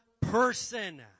person